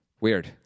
Weird